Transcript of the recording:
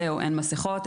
אין מסכות,